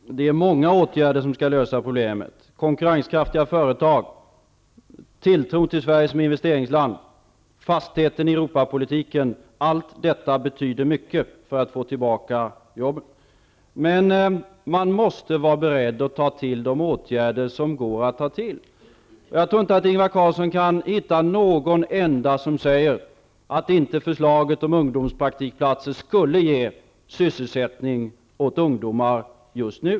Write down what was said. Fru talman! Nej, det är många åtgärder som skall lösa problemet. Konkurrenskraftiga företag, tilltro till Sverige som investeringsland, fasthet i Europapolitiken -- allt detta betyder mycket för att få tillbaka jobben. Men man måste vara beredd att ta till de åtgärder som går att ta till. Jag tror inte att Ingvar Carlsson kan hitta någon enda som säger att förslaget om ungdomspraktikplatser inte skulle ge sysselsättning åt ungdomar just nu.